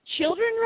children